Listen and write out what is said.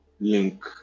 link